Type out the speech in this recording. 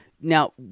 now